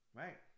right